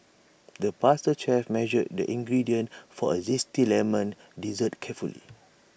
the pastry chef measured the ingredients for A Zesty Lemon Dessert carefully